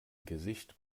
gesicht